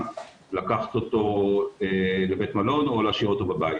לקחת אותו לבית מלון או להשאירו בבית.